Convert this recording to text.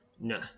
No